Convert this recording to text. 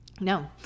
No